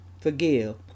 forgive